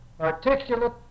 articulate